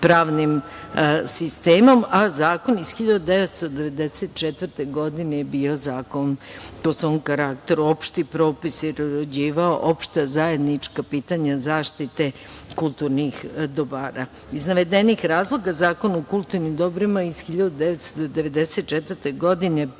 pravnim sistemom, a zakon iz 1994. godine je bio zakon, po svom karakteru opšti propis, jer je uređivao opšta zajednička pitanja zaštite kulturnih dobara. Iz navedenih razloga Zakon o kulturnim dobrima iz 1994. godine,